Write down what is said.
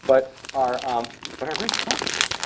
but are um but every complicated.